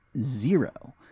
zero